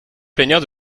plénière